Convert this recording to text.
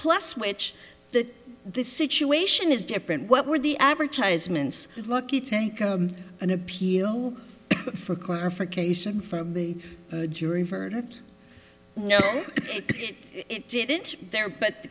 pless which the this situation is different what were the advertisements lucky take an appeal for clarification from the jury verdict no it didn't there but the